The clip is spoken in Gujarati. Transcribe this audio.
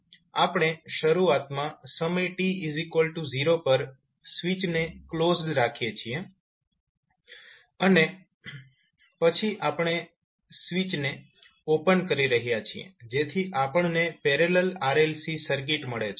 આપણે શરૂઆતમાં સમય t0 પર સ્વીચને ક્લોઝડ રાખીએ છીએ પછી આપણે સ્વીચને ઓપન કરી રહ્યા છીએ જેથી આપણને પેરેલલ RLC સર્કિટ મળે છે